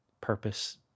purpose